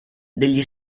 degli